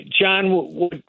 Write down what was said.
John